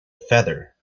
feather